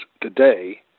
today